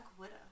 Widow